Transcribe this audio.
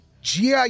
gi